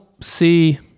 see